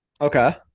Okay